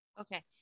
Okay